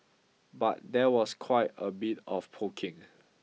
but there was quite a bit of poking